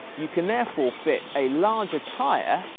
you can therefore fit a larger tyre